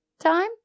time